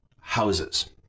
houses